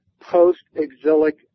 post-exilic